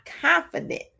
confident